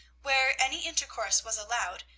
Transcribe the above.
where any intercourse was allowed,